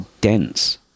dense